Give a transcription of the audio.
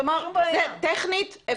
כלומר, זה טכני אפשרי.